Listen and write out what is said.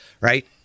right